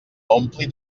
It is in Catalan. ompli